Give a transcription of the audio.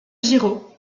giraud